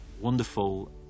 wonderful